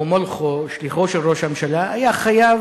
או מולכו, שליחו של ראש הממשלה, היה חייב